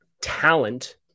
talent